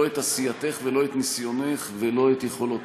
לא את עשייתך ולא את ניסיונך ולא את יכולותייך.